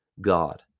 God